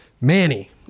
Manny